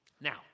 Now